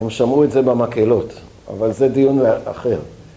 הם שמעו את זה במקהלות, אבל זה דיון אחר.